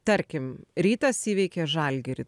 tarkim rytas įveikė žalgirį